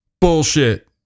Bullshit